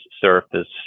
surface